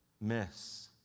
miss